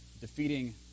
defeating